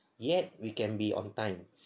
yet we can be on time